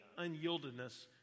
unyieldedness